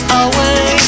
away